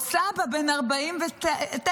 בעוד סבא בן 49 מתייצב,